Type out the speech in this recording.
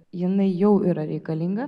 jinai jau yra reikalinga